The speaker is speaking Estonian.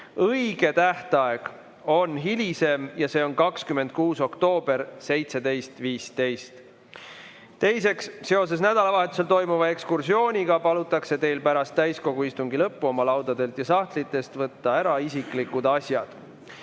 Õige tähtaeg on hilisem, see on 26. oktoober kell 17.15. Teiseks, seoses nädalavahetusel toimuva ekskursiooniga palutakse teil pärast täiskogu istungi lõppu oma laudadelt ja sahtlitest võtta ära isiklikud asjad.